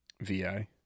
VI